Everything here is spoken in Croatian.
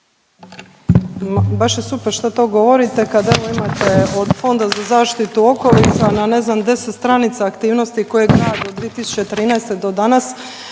Baš je super što to govorite kad evo imate od Fonda za zaštitu okoliša na ne znam 10 stranica aktivnosti koje grad od 2013. do danas